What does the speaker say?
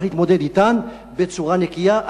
צריך להתמודד אתן בצורה נקייה.